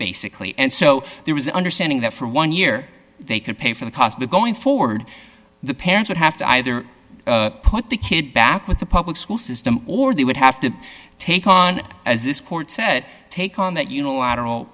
basically and so there was an understanding that for one year they could pay for the cost of going forward the parent would have to either put the kid back with the public school system or they would have to take on as this court said take on that unilateral